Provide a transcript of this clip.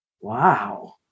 Wow